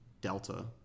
Delta